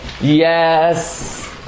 Yes